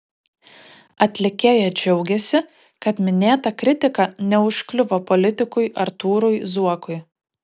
atlikėja džiaugiasi kad minėta kritika neužkliuvo politikui artūrui zuokui